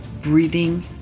breathing